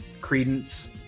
credence